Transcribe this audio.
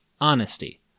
honesty